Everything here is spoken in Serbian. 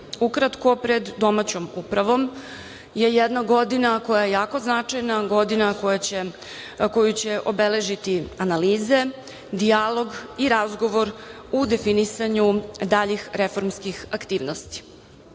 Ukratko, pred domaćom upravom, je jedna godina koja je jako značajna godina koju će obeležiti analize, dijalog i razgovor u definisanju daljih reformskih aktivnosti. Nama